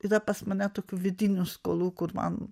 yra pas mane tokių vidinių skolų kur man